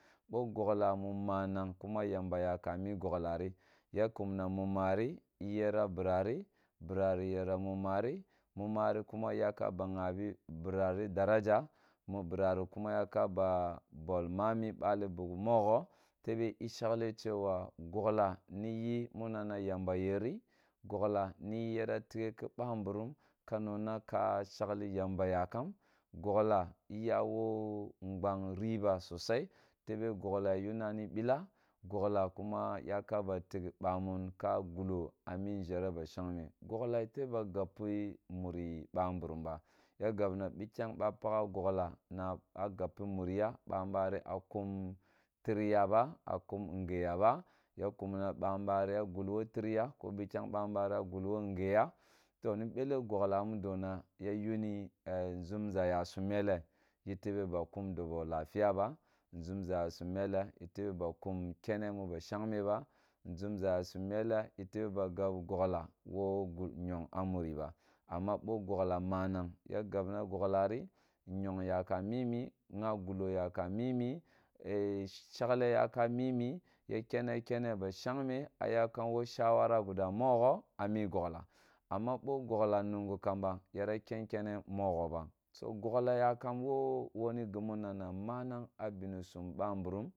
Bo goglga mu manaf kumo yamba ya kam a mi gogla ti ya kumna muma ri iyera bira ri, bira ri yara muma ri, muma ri kuma iya ka ba ghwabi bira ri daraga mu bira bulibuk mogho tebe i shagle chwom gogla niyi mu nana yamba yeri gogla ni yi yara tigh ki ba mburum ka nongna ka sheli yamba riba sosai tebe gogla ya yuna ni bila gogla kuma yaka ba tig bamun ka gulo a mi nʒhere ba shongme gogla yete ba gapi mari ba mburum ba ya gabna bikyang ba pakha gogla na a gupu muriga ban bari a kum tiri ya ba a kum ngeya ba ya kumba bambari ya gul wo tiriya ko bikiyang banbari ya gul wo ngeya to ni bele gogla mudo na ya yunie nʒunʒa yasum mele yete ba kum dobo injeya ba nʒumʒa yasum mele yeteba ba kum kene mu ba shang me ba kum ken mu ba shang me ba nʒumʒa yasum mele ttebe ba kim kene muri ba amma bo gogla manary ya gbona gogla ri nyong manang ya gabne gogla ti nyong yakum meme gha gulo yaka kennan ken ba shagme a ya kam wo shawara guda mogho a me gogla amma bo gogla nungu maba yara ken kene mogho ba so gogla yakum wo wani gimu nana mana manang abine sum ba mburum